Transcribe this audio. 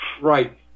Right